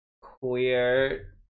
queer